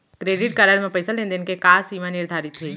Credit card म पइसा लेन देन के का सीमा निर्धारित हे?